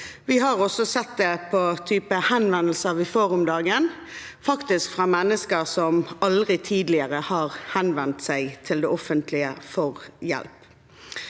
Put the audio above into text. Vi har også sett det på henvendelsene vi får om dagen, faktisk fra mennesker som aldri tidligere har henvendt seg til det offentlige for hjelp.